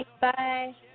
Bye